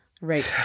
Right